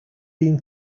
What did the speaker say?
been